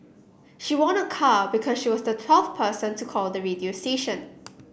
she won a car because she was the twelve person to call the radio station